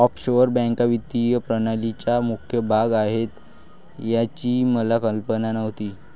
offshore बँका वित्तीय प्रणालीचा मुख्य भाग आहेत याची मला कल्पना नव्हती